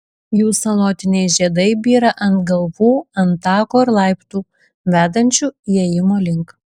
jų salotiniai žiedai byra ant galvų ant tako ir laiptų vedančių įėjimo link